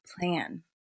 plan